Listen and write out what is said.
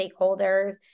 stakeholders